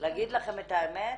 להגיד לכם את האמת,